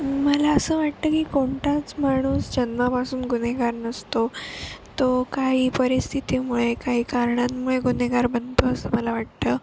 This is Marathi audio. मला असं वाटतं की कोणताच माणूस जन्मापासून गुन्हेगार नसतो तो काही परिस्थितीमुळे काही कारणांमुळे गुन्हेगार बनतो असं मला वाटतं